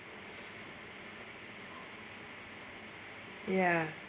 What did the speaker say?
ya